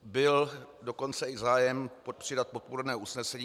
Byl dokonce i zájem přidat podpůrné usnesení.